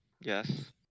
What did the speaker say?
Yes